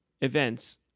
events